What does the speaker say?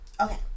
Okay